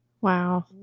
Wow